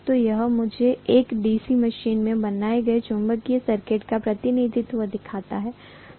तो यह मुझे एक DC मशीन में बनाए गए चुंबकीय सर्किट का प्रतिनिधित्व दिखाता है